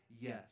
Yes